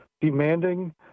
demanding